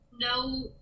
no